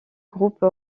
groupe